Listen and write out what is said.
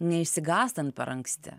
neišsigąstant per anksti